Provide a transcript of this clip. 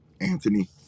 Anthony